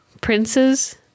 princes